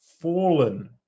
fallen